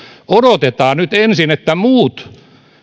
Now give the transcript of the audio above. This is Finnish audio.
odotetaan nyt ensin että muut